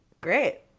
Great